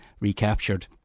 recaptured